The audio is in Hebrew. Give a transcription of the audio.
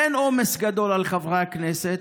אין עומס גדול על חברי הכנסת,